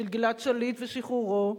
בשביל גלעד שליט ושחרורו,